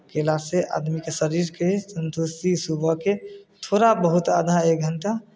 कयलासँ आदमीके शरीरकेँ संतुष्टि सुबहके थोड़ा बहुत आधा एक घंटा